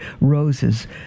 roses